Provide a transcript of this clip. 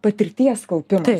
patirties kaupimas